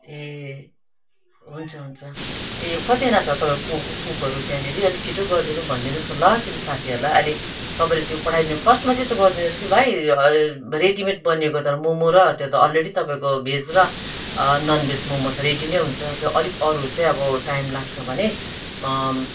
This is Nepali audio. ए हुन्छ हुन्छ ए कतिजना छ तपाईँको कुकहरू त्यहाँनिर अलिक छिट्टो गरिदिनु भनिदिनुहोस् न ल किनभने साथीहरूलाई अहिले तपाईँले त्यो पठाइदिनु फर्स्टमा चैँ एसो गर्दिनुस् कि भाइ रेडिमेड बनिएको त मोमो र त्यो त अलरेडी तपाईँको भेज र नन भेज मोमो त रेडी नै हुन्छ त्यो अलिक अरूहरू चाहिँ अब टाइम लाग्छ भने